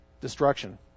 destruction